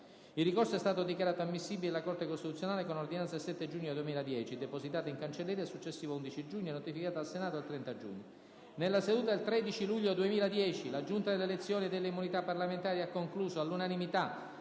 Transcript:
Il ricorso è stato dichiarato ammissibile dalla Corte costituzionale con ordinanza del 7 giugno 2010, depositata in cancelleria il successivo 11 giugno e notificata al Senato il 30 giugno 2010. Nella seduta del 13 luglio 2010, la Giunta delle elezioni e delle immunità parlamentari ha concluso, all'unanimità,